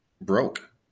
broke